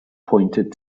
pointed